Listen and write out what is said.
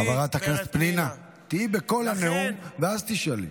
חברת הכנסת פנינה, תהיי בכל הנאום ואז תשאלי.